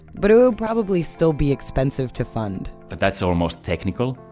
but it would probably still be expensive to fund but that's almost technical.